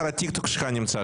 רביזיה.